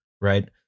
Right